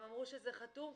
הם אמרו שזה חתום,